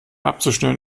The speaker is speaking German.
abzuschnüren